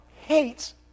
Hates